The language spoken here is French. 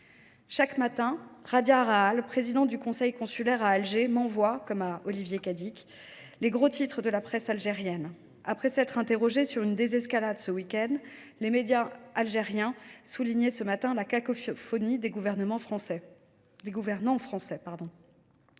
Chaque matin, Radya Rahal, présidente du conseil consulaire à Alger, m’envoie, comme à Olivier Cadic, les gros titres de la presse algérienne. Après s’être interrogés sur une désescalade ce week end, ces médias soulignent ce matin la cacophonie des gouvernants français.